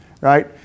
right